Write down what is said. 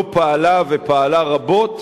לא פעלה, פעלה רבות,